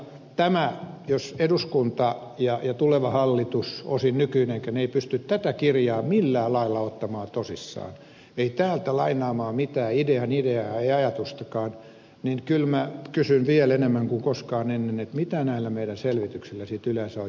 mutta jos eduskunta ja tuleva hallitus osin nykyinenkään eivät pysty tätä kirjaa millään lailla ottamaan tosissaan eivät täältä lainaamaan mitään idean ideaa eivät ajatustakaan niin kyllä minä kysyn vielä enemmän kuin koskaan ennen mitä näillä meidän selvityksillämme sitten yleensä on järkeä